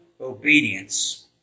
obedience